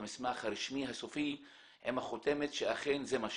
המסמך הרשמי הסופי עם החותמת שאכן זה מה שיהיה.